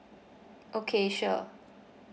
okay sure